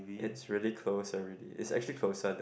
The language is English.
it's really close already it's actually closer than